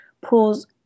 pulls